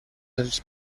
els